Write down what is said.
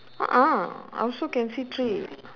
a'ah I also can see three